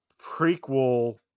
prequel